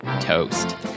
Toast